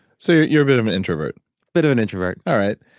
so you're a bit of an introvert bit of an introvert all right.